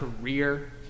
career